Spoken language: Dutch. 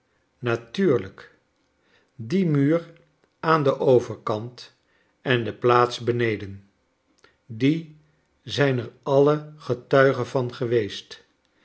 natuurlijk dien muur aan den overkant en de plaats beneden die zijn er alle getuige van geweest